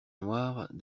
noirs